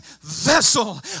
vessel